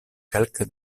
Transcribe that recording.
kelke